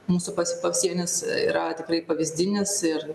mūsų pas pasienis yra tikrai pavyzdinis ir